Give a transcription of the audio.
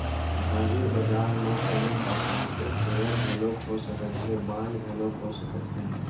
हाजिर बजार म कोनो परकार के सेयर घलोक हो सकत हे, बांड घलोक हो सकत हे